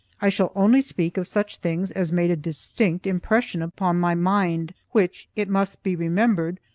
i shall only speak of such things as made a distinct impression upon my mind, which, it must be remembered,